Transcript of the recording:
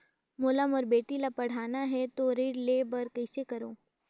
मोला मोर बेटी ला पढ़ाना है तो ऋण ले बर कइसे करो